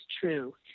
true